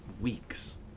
weeks